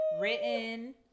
written